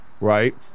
right